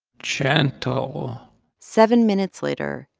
gentle seven minutes later,